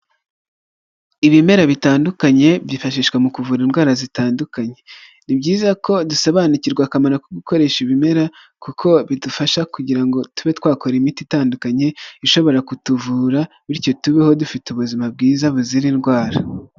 Ibimera bitandukanye byifashishwa mu kuvura indwara zitandukanye. Ni byiza ko dusobanukirwa akamaro ko gukoresha ibimera kuko bidufasha kugira ngo tube twakora imiti itandukanye ishobora kutuvura bityo tubeho dufite ubuzima bwiza buzira indwara.